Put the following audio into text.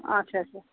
آچھا آچھا